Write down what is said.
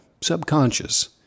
subconscious